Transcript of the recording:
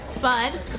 Bud